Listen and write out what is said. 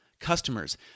customers